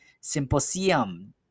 symposium